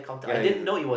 ya he's a